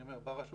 אני אומר ברשות,